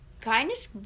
kindness